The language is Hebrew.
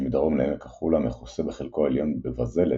שמדרום לעמק החולה המכוסה בחלקו העליון בבזלת,